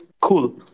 cool